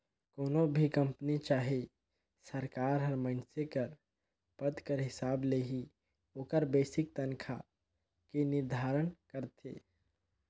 कोनो भी कंपनी चहे सरकार हर मइनसे कर पद कर हिसाब ले ही ओकर बेसिक तनखा के निरधारन करथे